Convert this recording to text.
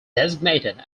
designated